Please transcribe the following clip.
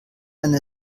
eine